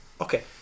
Okay